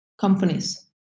companies